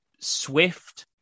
Swift